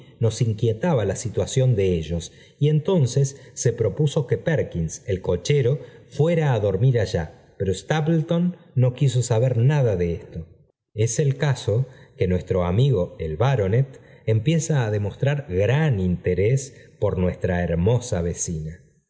nos inquietaba la situación de ellos y entonces se propuso que perkins el cochero fuera á dormir allá pero stapleton no quiso isaber nada de esto es el caso que nuestro amigo el baronet empieza á demostrar gran interés por nuestra hermosa vecina